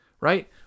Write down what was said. right